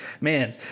Man